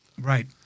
Right